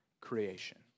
creation